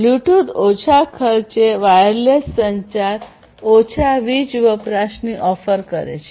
Bluetooth ઓછા ખર્ચે wireless સંચાર ઓછા વીજ વપરાશની ઓફર કરે છે